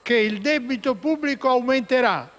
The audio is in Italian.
che il debito pubblico aumenterà